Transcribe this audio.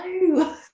no